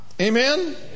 Amen